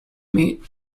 meat